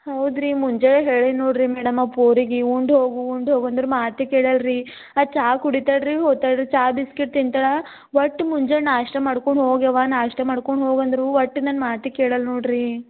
ಹೌದು ರೀ ಮುಂಜಾನೆ ಹೇಳಿನಿ ನೋಡ್ರಿ ಮೇಡಮ್ ಆ ಪೋರಿಗೆ ಉಂಡು ಹೋಗು ಉಂಡು ಹೋಗು ಅಂದ್ರೆ ಮಾತೆ ಕೇಳೋಲ್ಲ ರೀ ಅದು ಚಹಾ ಕುಡಿತಾಳೆ ರೀ ಹೋಗ್ತಾಳ್ ರೀ ಚಹಾ ಬಿಸ್ಕಿಟ್ ತಿಂತಾಳೆ ಒಟ್ಟು ಮುಂಜಾನೆ ನಾಷ್ಟ ಮಾಡ್ಕೊಂಡು ಹೋಗವ್ವ ನಾಷ್ಟ ಮಾಡ್ಕೊಂಡು ಹೋಗು ಅಂದ್ರು ಒಟ್ಟು ನನ್ನ ಮಾತೆ ಕೇಳೋಲ್ಲ ನೋಡ್ರಿ